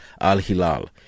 Al-Hilal